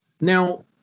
Now